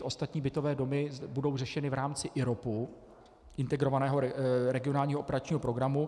Ostatní bytové domy budou řešeny v rámci IROP, Integrovaného regionálního operačního programu.